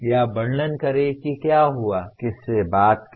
या वर्णन करें कि क्या हुआ किससे बात की